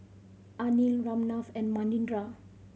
Anil Ramnath and Manindra